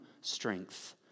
strength